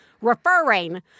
Referring